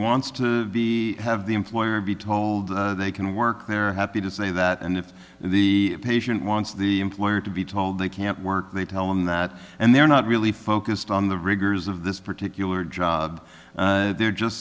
wants to be have the employer be told they can work they're happy to say that and if the patient wants the employer to be told they can't work they tell him that and they're not really focused on the rigors of this particular job they're just